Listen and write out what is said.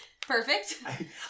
Perfect